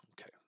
Okay